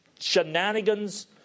shenanigans